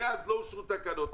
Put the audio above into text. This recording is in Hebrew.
מאז לא אושרו תקנות,